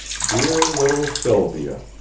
dear little sylvia,